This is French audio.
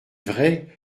vrai